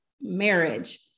marriage